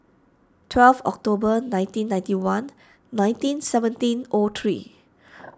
twelve October nineteen ninety one nineteen seventeen ought three